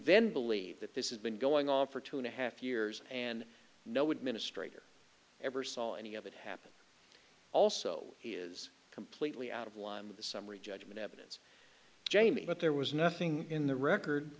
then believe that this is been going on for two and a half years and no administrator ever saw any of it happen also is completely out of line with the summary judgment evidence jamie but there was nothing in the record